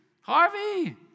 Harvey